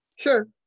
Sure